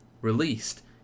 released